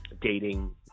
dating